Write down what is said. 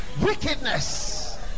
wickedness